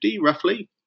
roughly